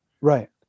Right